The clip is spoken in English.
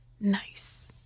Nice